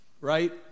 right